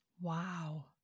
Wow